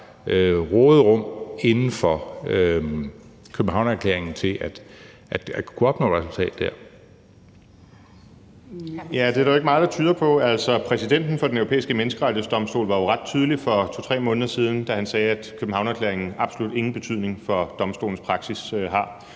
Hr. Morten Messerschmidt. Kl. 12:01 Morten Messerschmidt (DF): Det er der jo ikke meget der tyder på. Altså, præsidenten for Den Europæiske Menneskerettighedsdomstol var jo ret tydelig for 2-3 måneder siden, da han sagde, at Københavnerklæringen absolut ingen betydning har for domstolens praksis.